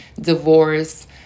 divorce